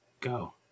Go